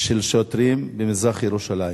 של שוטרים במזרח-ירושלים.